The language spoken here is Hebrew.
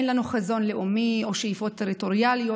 אין לנו חזון לאומי או שאיפות טריטוריאליות,